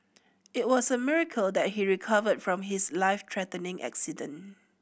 it was a miracle that he recovered from his life threatening accident